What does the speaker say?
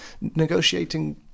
negotiating